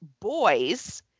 boys